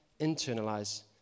internalize